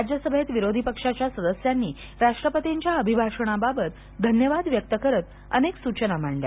राज्यसभेत विरोधी पक्षाच्या सदस्यांनी राष्ट्रपतींच्या अभिभाषणाबाबत धन्यवाद व्यक्त करत अनेक सूचना मांडल्या